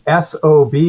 SOB